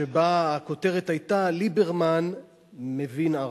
שבהם הכותרת היתה: ליברמן מבין ערבית.